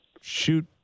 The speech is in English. shoot